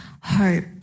hope